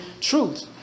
truth